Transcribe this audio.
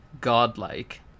godlike